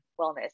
Wellness